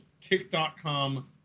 Kick.com